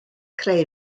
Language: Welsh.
creu